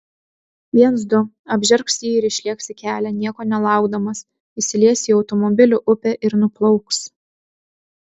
viens du apžergs jį ir išlėks į kelią nieko nelaukdamas įsilies į automobilių upę ir nuplauks